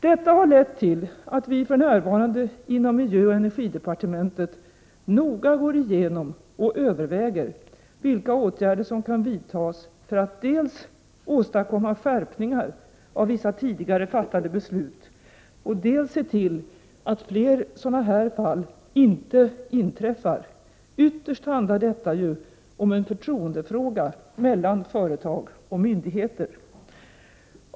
Detta har lett till att vi för närvarande inom miljöoch energidepartementet noga går igenom och överväger vilka åtgärder som kan vidtas för att dels åstadkomma skärpningar av vissa tidigare fattade beslut och dels se till att fler sådana här fall inte inträffar. Ytterst handlar detta ju om en förtroendefråga mellan företag och myndigheter.